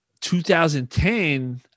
2010